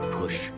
push